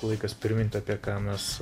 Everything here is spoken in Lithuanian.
laikas primint apie ką mes